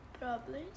Problems